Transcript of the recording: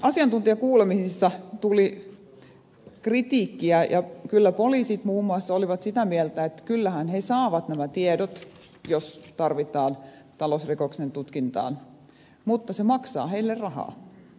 asiantuntijakuulemisessa tuli kritiikkiä ja poliisit muun muassa olivat sitä mieltä että kyllähän he saavat nämä tiedot jos tarvitaan talousrikoksen tutkintaan mutta se maksaa heille rahaa